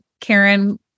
Karen